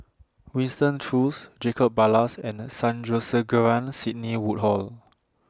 Winston Choos Jacob Ballas and Sandrasegaran Sidney Woodhull